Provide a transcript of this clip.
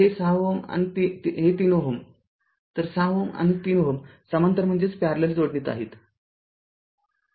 तर हे ६ Ω आणि हे ३ Ω असेल तर६ Ω आणि ३ Ω समांतर जोडणीत आहेत